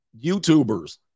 YouTubers